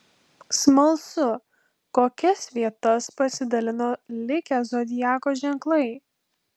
smalsu kokias vietas pasidalino likę zodiako ženklai